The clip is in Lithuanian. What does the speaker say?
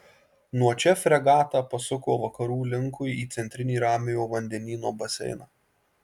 nuo čia fregata pasuko vakarų linkui į centrinį ramiojo vandenyno baseiną